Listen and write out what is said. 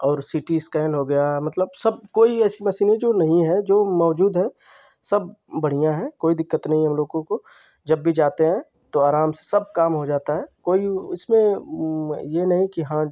और C T scan हो गया मतलब सब कोई ऐसी मशीन नहीं जो नहीं है जो मौजूद है सब बढ़ियाँ है कोई दिक्कत नहीं है हम लोगों को जब भी जाते हैं तो आराम से सब काम हो जाता है कोई उसमें यह नहीं कि हाँ